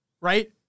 right